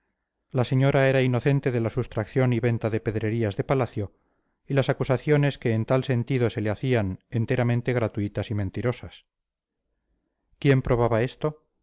la señora era inocente de la sustracción y venta de pedrerías de palacio y las acusaciones que en tal sentido se le hacían enteramente gratuitas y mentirosas quién probaba esto